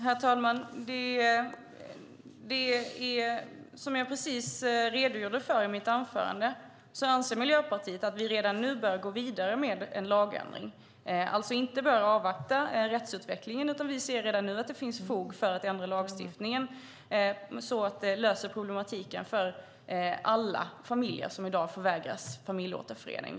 Herr talman! Som jag redogjorde för i mitt anförande anser Miljöpartiet att vi redan nu bör gå vidare med en lagändring. Vi behöver alltså inte avvakta rättsutvecklingen, utan vi ser redan nu att det finns fog för att ändra lagstiftningen så att det löser problematiken för alla familjer som i dag förvägras familjeåterförening.